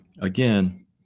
again